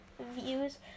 views